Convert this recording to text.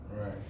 Right